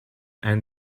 and